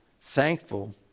thankful